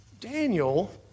Daniel